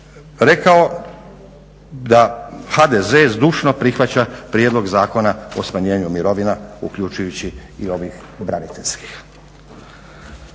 rekao da HDZ zdušno prihvaća prijedlog zakona o smanjenju mirovina uključujući i ovih braniteljskih.